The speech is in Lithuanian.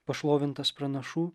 pašlovintas pranašų